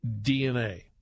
DNA